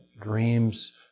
dreams